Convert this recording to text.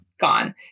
Gone